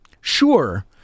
sure